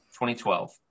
2012